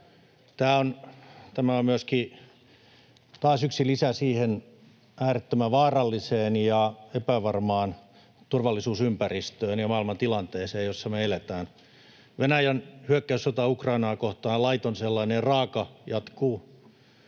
Tämä on myöskin taas yksi lisä siihen äärettömän vaaralliseen ja epävarmaan turvallisuusympäristöön ja maailmantilanteeseen, jossa me eletään. Venäjän hyökkäyssota Ukrainaa kohtaan, laiton ja raaka